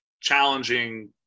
challenging